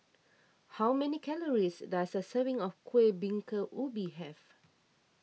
how many calories does a serving of Kueh Bingka Ubi have